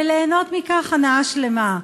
וליהנות מכך הנאה שלמה,